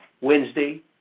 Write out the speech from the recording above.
Wednesday